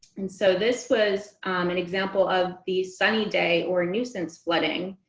and so this was an example of the sunny day or nuisance flooding.